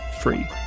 free